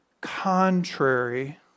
contrary